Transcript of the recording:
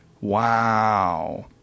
Wow